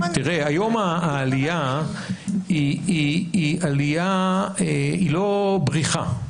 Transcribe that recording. היום העלייה היא לא בריחה.